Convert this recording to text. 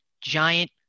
giant